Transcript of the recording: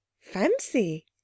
Fancy